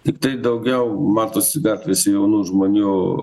tiktai daugiau matosi gatvėse jaunų žmonių